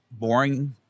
boring